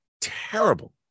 terrible